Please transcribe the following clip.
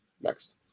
next